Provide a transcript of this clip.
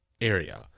area